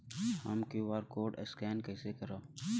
हम QR code scan कइसे करब?